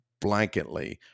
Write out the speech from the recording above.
blanketly